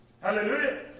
Hallelujah